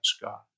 God